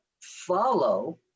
follow